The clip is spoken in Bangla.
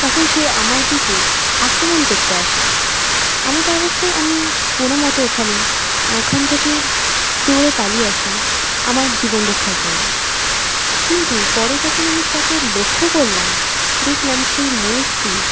তখন সে আমার দিকে আক্রমণ করতে আসে এমতো অবস্থায় আমি কোনো মতে ওখানে ওখান থেকে দৌড়ে পালিয়ে আসি আমার জীবন রক্ষার জন্য কিন্তু পরে যখন আমি তাকে লক্ষ্য করলাম দেখলাম সেই ময়ূরটি